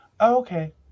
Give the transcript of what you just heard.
Okay